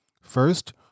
First